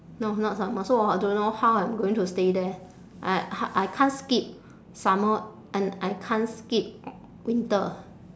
no not summer so hot don't know how I'm going to stay there I I can't skip summer and I can't skip winter